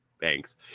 Thanks